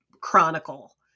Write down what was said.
chronicle